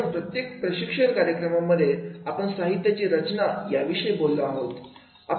म्हणून प्रत्येक प्रशिक्षण कार्यक्रमांमध्ये आपण साहित्याची रचना याविषयी बोललेलो आहोत